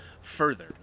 further